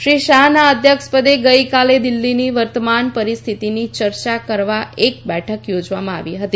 શ્રી શાહના અધ્યક્ષપદે ગઈકાલે દિલ્ઠીની વર્તમાન પરિસ્થિતિની ચર્ચા કરવા એક બેઠક યોજવામાં આવી હતી